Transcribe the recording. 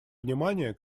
внимание